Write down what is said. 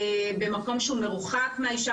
במקום שהוא מרוחק מהאישה,